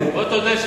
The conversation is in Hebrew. בוא, תודה,